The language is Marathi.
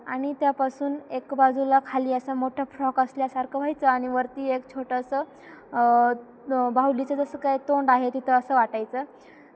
आणि त्यापासून एक बाजूला खाली असा मोठा फ्रॉक असल्यासारखं व्हायचं आणि वरती एक छोटंसं बाहूलीचं जसं काय तोंड आहे तिथं असं वाटायचं